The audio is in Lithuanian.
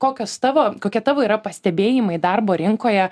kokios tavo kokie tavo yra pastebėjimai darbo rinkoje